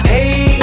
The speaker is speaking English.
Hey